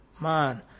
man